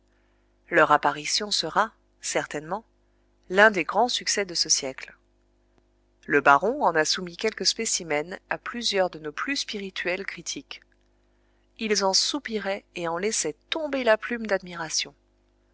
leur apparition sera certainement l'un des grands succès de ce siècle le baron en a soumis quelques spécimens à plusieurs de nos plus spirituels critiques ils en soupiraient et en laissaient tomber la plume d'admiration